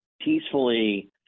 peacefully